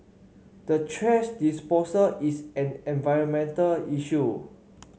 the thrash disposal is an environmental issue